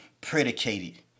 predicated